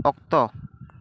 ᱚᱠᱛᱚ